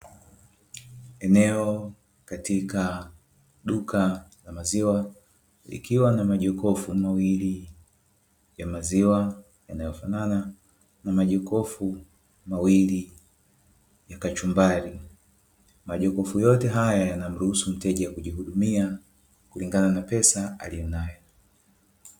Eneo katika duka la maziwa, likiwa na majokofu mawili ya maziwa yanayofanana na majokofu mawili ya kachumbari. Majokofu yote haya yanamruhusu mteja kujihudumia kulingana na pesa aliyonayo.